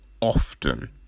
often